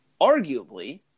arguably